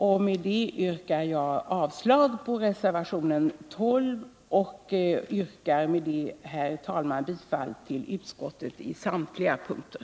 Jag yrkar därför avslag på reservationen 12. Herr talman! Jag yrkar bifall till utskottets hemställan på samtliga punkter.